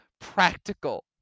practical